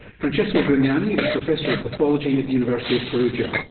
francesco grignani is professor of pathology at the university of perugia.